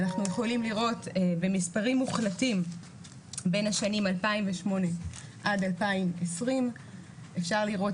אנחנו יכולים לראות במספרים מוחלטים בין השנים 2008-2020 אפשר לראות